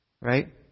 right